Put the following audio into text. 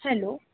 hello